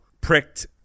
pricked